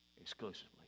exclusively